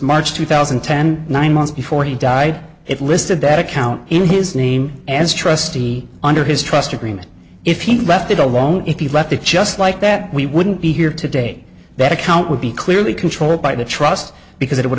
march two thousand and ten nine months before he died it listed that account in his name as trustee under his trust agreement if he left it alone if he left it just like that we wouldn't be here today that account would be clearly controlled by the trust because it would